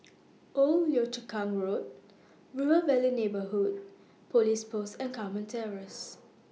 Old Yio Chu Kang Road River Valley Neighbourhood Police Post and Carmen Terrace